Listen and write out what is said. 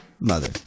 mother